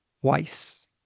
twice